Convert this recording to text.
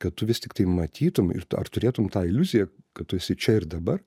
kad tu vis tiktai matytum ir tu ar turėtum tą iliuziją kad tu esi čia ir dabar